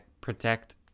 protect